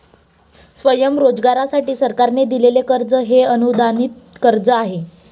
स्वयंरोजगारासाठी सरकारने दिलेले कर्ज हे अनुदानित कर्ज आहे